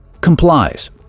complies